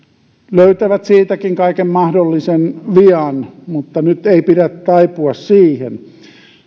löytävät siitäkin kaiken mahdollisen vian mutta nyt ei pidä taipua siihen